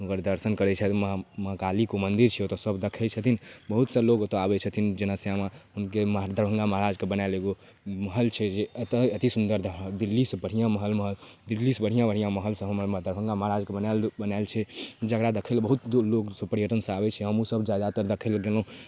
हुनकर दर्शन करै छथि माँ माँ कालीके मन्दिर छै ओतऽ सब देखै छथिन बहुतसए लोक ओतऽ आबै छथिन जेना माँ श्यामा दरभङ्गा महराजके बनाएल एगो महल छै जे अति सुन्दर दिल्लीसँ बढ़िआँ महल दिल्लीसँ बढ़िआँ बढ़िआँ महलसब हमर दरभङ्गा महाराजके बनाए बनाएल छै जकरा देखैलए बहुत बहुत लोग पर्यटनसब आबै छै हमहूँ सब जा जादातर देखैलए गेलहुँ